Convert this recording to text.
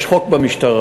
יש חוק במשטרה,